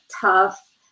tough